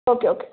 okay okay